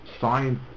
science